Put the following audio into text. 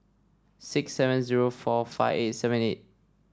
six seven zero four five eight seven eight